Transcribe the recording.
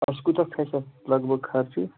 پونٛسہٕ کوٗتاہ کھَسہِ اَتھ لگ بگ خرچہِ